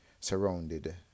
surrounded